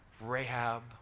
Rahab